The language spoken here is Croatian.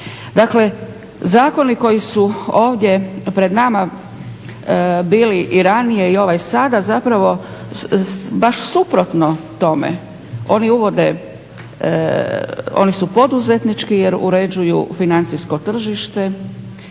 Dakle, zakoni koji su ovdje pred nama bili i ranije i ovaj sada zapravo baš suprotno tome oni su poduzetnički jer uređuju financijsko tržište,